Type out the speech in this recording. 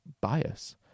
bias